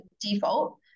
default